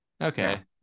Okay